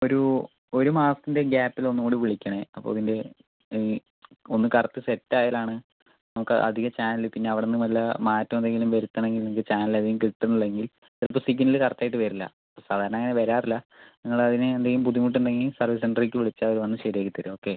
ഒരു ഒരു മാസത്തിൻ്റെ ഗ്യാപ്പില് ഒന്ന് കൂടി വിളിക്കണേ അപ്പം ഇതിൻ്റെ ഒന്ന് കറക്റ്റ് സെറ്റ് ആയാലാണ് നമുക്ക് അധികം ചാനല് പിന്നെ അവിടെന്ന് വല്ല മാറ്റം എന്തെങ്കിലും വരുത്തണമെങ്കിൽ നിങ്ങൾക്ക് ചാനലധികം കിട്ടുമെന്ന് ഇല്ലെങ്കിൽ ചിലപ്പം സിഗ്നല് കറക്റ്റ് ആയിട്ട് വെരില്ല സാധാരണ അങ്ങന വെരാറില്ല നിങ്ങള് അതിന് എന്തെങ്കിലും ബുദ്ധിമുട്ട് ഉണ്ടെങ്കിൽ സർവീസ് സെൻ്ററിലേക്ക് വിളിച്ചാൽ അവര് വന്ന് ശരി ആക്കി തരും ഓക്കെ